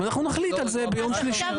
נחליט על זה ביום שלישי.